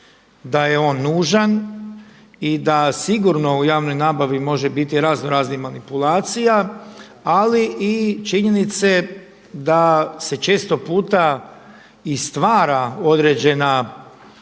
da je on nužan i da sigurno u javnoj nabavi može biti razno raznih manipulacija ali i činjenice da se često puta i stvara određena